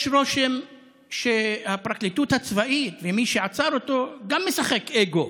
יש רושם שהפרקליטות הצבאית ומי שעצר אותו גם משחק באגו: